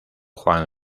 juan